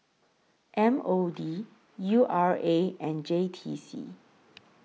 M O D U R A and J T C